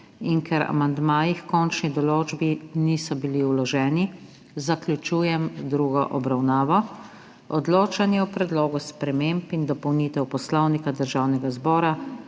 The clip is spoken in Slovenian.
in ker amandmaji h končni določbi niso bili vloženi, zaključujem drugo obravnavo. Odločanje o Predlogu sprememb in dopolnitev Poslovnika Državnega zbora